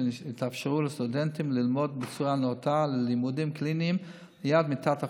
שיאפשרו לסטודנטים ללמוד בצורה נאותה לימודים קליניים ליד מיטת החולה,